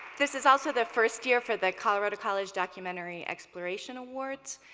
this is also the first year for the colorado college documentary exploration awards.